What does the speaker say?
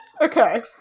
Okay